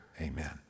amen